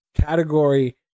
category